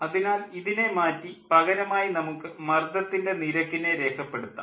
അതിനാൽ ഇതിനെ മാറ്റി പകരമായി നമുക്ക് മർദ്ദത്തിൻ്റെ നിരക്കിനെ രേഖപ്പെടുത്താം